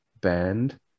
band